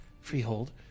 freehold